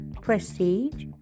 prestige